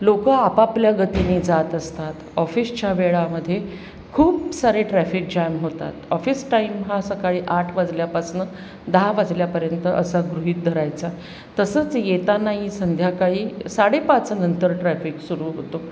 लोकं आपापल्या गतीने जात असतात ऑफिसच्या वेळामध्ये खूप सारे ट्रॅफिक जॅम होतात ऑफिस टाईम हा सकाळी आठ वाजल्यापासनं दहा वाजल्यापर्यंत असा गृहीत धरायचा तसंच येतानाही संध्याकाळी साडे पाचनंतर ट्रॅफिक सुरू होतो